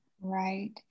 Right